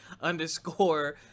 underscore